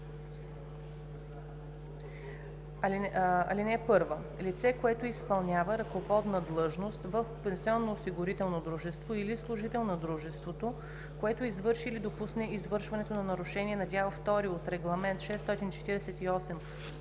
351б. (1) Лице, което изпълнява ръководна длъжност в пенсионноосигурително дружество, или служител на дружеството, което извърши или допусне извършването на нарушение на Дял втори от Регламент (ЕС)